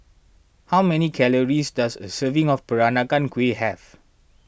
how many calories does a serving of Peranakan Kueh have